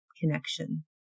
connection